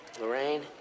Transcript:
Lorraine